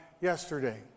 yesterday